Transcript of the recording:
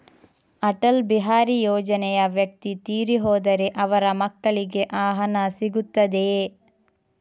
ಅಟಲ್ ಬಿಹಾರಿ ಯೋಜನೆಯ ವ್ಯಕ್ತಿ ತೀರಿ ಹೋದರೆ ಅವರ ಮಕ್ಕಳಿಗೆ ಆ ಹಣ ಸಿಗುತ್ತದೆಯೇ?